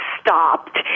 stopped